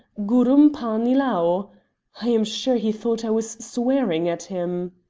gurrum pani lao i am sure he thought i was swearing at him.